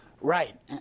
Right